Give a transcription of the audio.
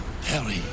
Harry